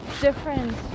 different